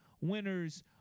winners